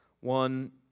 one